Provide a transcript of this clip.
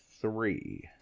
three